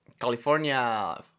California